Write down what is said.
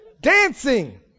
Dancing